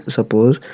Suppose